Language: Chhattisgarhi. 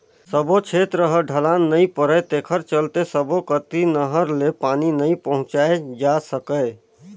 सब्बो छेत्र ह ढलान नइ परय तेखर चलते सब्बो कति नहर ले पानी नइ पहुंचाए जा सकय